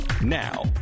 Now